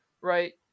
right